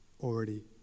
already